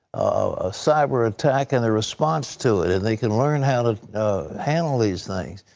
a cyber attack, and a response to it, and they can learn how to handle these things.